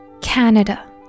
Canada